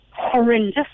horrendous